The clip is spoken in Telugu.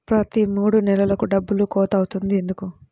ప్రతి మూడు నెలలకు డబ్బులు కోత అవుతుంది ఎందుకు?